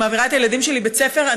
מעבירה את הילדים שלי כביש אל בית הספר.